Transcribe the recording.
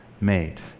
made